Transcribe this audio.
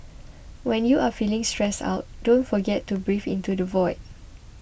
when you are feeling stressed out don't forget to breathe into the void